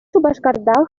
шупашкарта